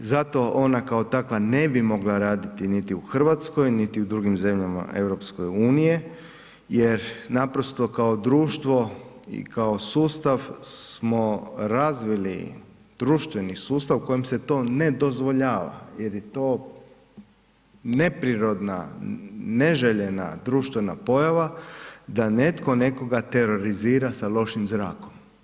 Zato ona kao takva ne bi mogla raditi niti u Hrvatskoj niti u drugim zemljama EU-a jer naprosto kao društvo i kao sustav smo razvili društveni sustav u kojem se to ne dozvoljava jer je to neprirodna, neželjena društvena pojava da netko nekoga terorizira sa lošim zrakom.